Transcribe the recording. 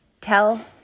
tell